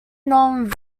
non